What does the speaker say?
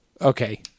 Okay